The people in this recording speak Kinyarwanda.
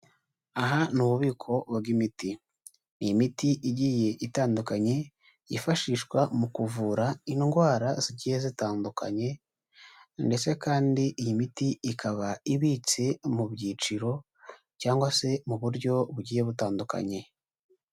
Aha ni ububiko bw'imiti, ni imiti igiye itandukanye, yifashishwa mu kuvura indwara zigiye zitandukanye ndetse kandi iyi miti ikaba ibitse mu byiciro cyangwa se mu buryo bugiye butandukanye.